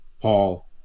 Paul